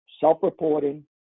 self-reporting